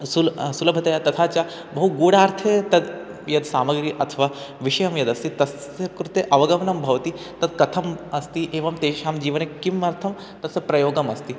सुल् सुलभतया तथा च बहु गूडार्थे तद् यत् सामग्री अथवा विषयं यदस्ति तस्य कृते अवगमनं भवति तत् कथम् अस्ति एवं तेषां जीवने किमर्थं तस्य प्रयोगम् अस्ति